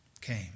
came